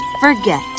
forget